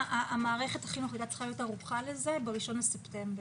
מערכת החינוך הייתה צריכה להיות ערוכה לזה ב-1 בספטמבר.